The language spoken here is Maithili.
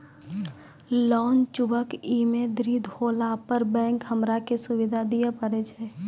लोन चुकब इ मे देरी होला पर बैंक हमरा की सुविधा दिये पारे छै?